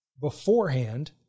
beforehand